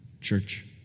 church